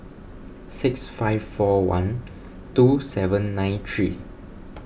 six five four one two seven nine three